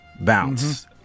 bounce